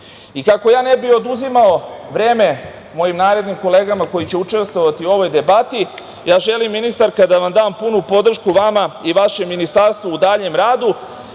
ja ne bih oduzimao vreme mojim narednim kolegama koji će učestvovati u ovoj debati, želim ministarka da vam dam punu podršku vama i vašem ministarstvu u daljem radu